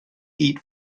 eat